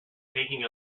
taking